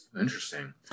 Interesting